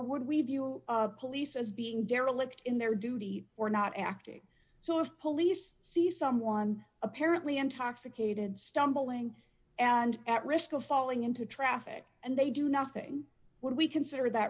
view police as being derelict in their duty or not acting so if police see someone apparently intoxicated stumbling and at risk of falling into traffic and they do nothing when we consider that